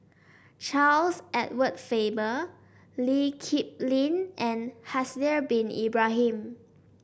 Charles Edward Faber Lee Kip Lin and Haslir Bin Ibrahim